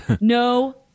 no